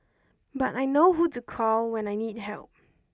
but I know who to call when I need help